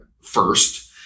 first